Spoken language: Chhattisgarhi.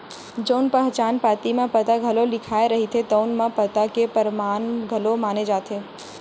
जउन पहचान पाती म पता घलो लिखाए रहिथे तउन ल पता के परमान घलो माने जाथे